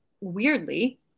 weirdly